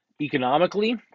economically